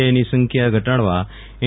આઈની સંખ્યા ઘટાડવા એન